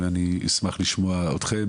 ואני אשמח לשמוע אתכם,